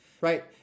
Right